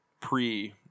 pre